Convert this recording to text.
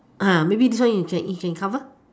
maybe this one you can you can cover